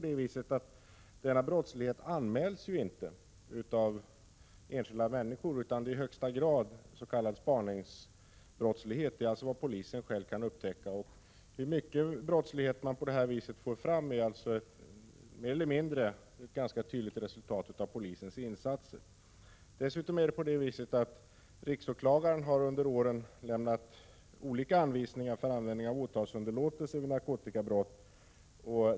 Denna brottslighet anmäls inte av enskilda människor, utan den är i högsta grad s.k. spaningsbrottslighet. Det handlar alltså om vad polisen själv kan upptäcka. Mycket av den brottslighet man på det här viset upptäcker är alltså ett mer eller mindre tydligt resultat av polisens insatser. Dessutom har riksåklagaren under åren lämnat olika anvisningar för användning av åtalsunderlåtelse vid narkotikabrott.